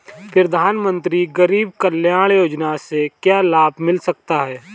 प्रधानमंत्री गरीब कल्याण योजना से क्या लाभ मिल सकता है?